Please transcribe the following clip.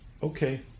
Okay